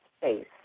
space